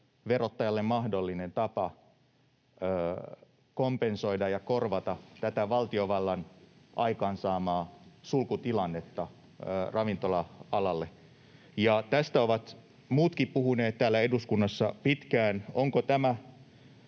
verottajalle mahdollinen tapa kompensoida ja korvata tätä valtiovallan aikaansaamaa sulkutilannetta ravintola-alalle, ja tästä ovat muutkin puhuneet täällä eduskunnassa pitkään. Onko tämä